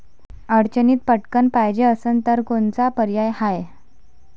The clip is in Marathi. अडचणीत पटकण पायजे असन तर कोनचा पर्याय हाय?